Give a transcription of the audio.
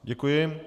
Děkuji.